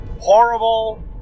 horrible